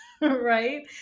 right